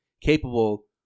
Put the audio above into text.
capable